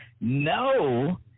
no